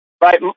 right